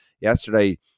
yesterday